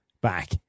back